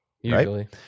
Usually